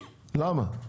למה?